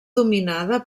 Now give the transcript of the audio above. dominada